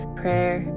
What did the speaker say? prayer